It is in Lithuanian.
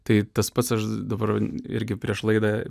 tai tas pats aš dabar irgi prieš laidą